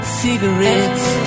cigarettes